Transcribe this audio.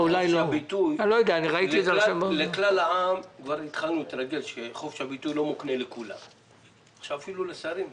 כנראה שביום רביעי תהיה ישיבה של הוועדה המשותפת.